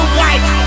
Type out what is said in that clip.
white